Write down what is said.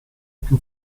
più